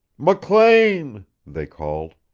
mclean! they called.